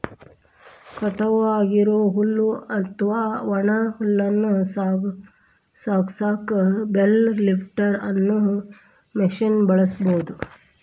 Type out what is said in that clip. ಕಟಾವ್ ಆಗಿರೋ ಹುಲ್ಲು ಅತ್ವಾ ಒಣ ಹುಲ್ಲನ್ನ ಸಾಗಸಾಕ ಬೇಲ್ ಲಿಫ್ಟರ್ ಅನ್ನೋ ಮಷೇನ್ ಬಳಸ್ಬಹುದು